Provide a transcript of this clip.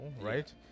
right